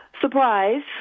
surprise